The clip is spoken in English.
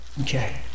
Okay